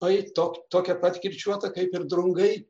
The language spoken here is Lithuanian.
ai tok tokia pat kirčiuota kaip ir drungai